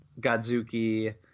Godzuki